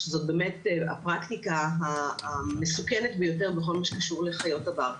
שזו באמת הפרקטיקה המסוכנת ביותר בכל מה שקשור לחיות הבר.